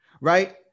right